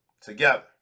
together